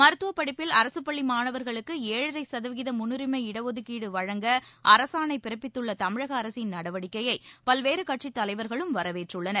மருத்துவ படிப்பில் அரசுப் பள்ளி மாணவர்களுக்கு ஏழரை கதவீத முன்னுரிமை இடஒதுக்கீடு வழங்க அரசாணை பிறப்பித்துள்ள தமிழக அரசின் நடவடிக்கையை பல்வேறு கட்சித்தலைவர்களும் வரவேற்றுள்ளன்